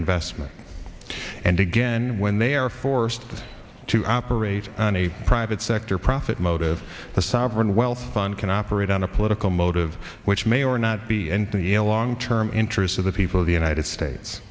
investment and again when they are forced to operate on a private sector profit motive the sovereign wealth fund can operate on a political motive which may or not be and the a long term interests of the people of the united states